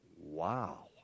wow